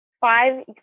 five